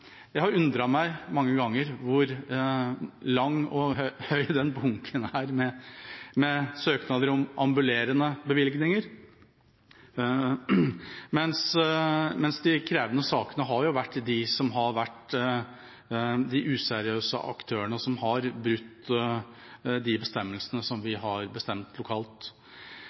har undret meg mange ganger hvor lang og høy bunken med søknader om ambulerende bevillinger er. De krevende sakene har vært de som er de useriøse aktørene, og som har brutt bestemmelsene som vi